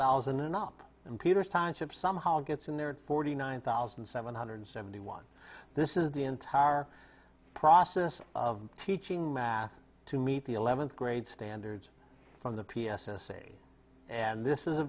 thousand and up and peter's timeship somehow gets in there forty nine thousand seven hundred seventy one this is the entire process of teaching math to meet the eleventh grade standards from the p s a and this is a